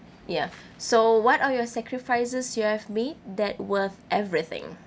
ya so what are your sacrifices you have made that worth everything